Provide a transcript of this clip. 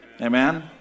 Amen